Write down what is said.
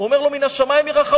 אומר לו: מן השמים ירחמו.